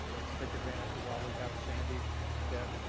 let's take advantage while we have sandy and deb,